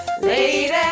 Lady